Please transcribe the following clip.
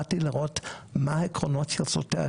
באתי לראות מה העקרונות של סוטריה,